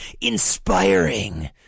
inspiring